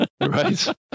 Right